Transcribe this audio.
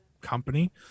company